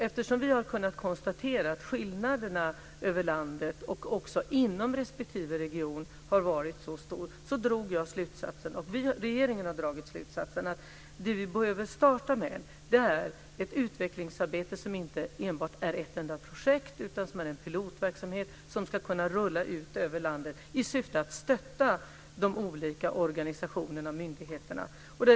Eftersom vi har kunnat konstatera att skillnaderna över landet och också inom respektive region varit mycket stora har regeringen dragit slutsatsen att det vi behöver starta med är ett utvecklingsarbete som inte enbart är ett enda projekt utan som också är en pilotverksamhet som ska kunna rulla ut över landet, i syfte att stötta de olika organisationerna och myndigheterna.